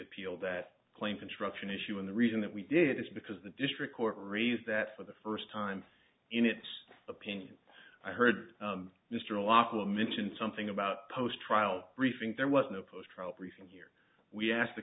appealed that claim construction issue and the reason that we did it is because the district court raised that for the first time in its opinion i heard mr laughlin mention something about post trial briefing there was no post trial briefing here we asked t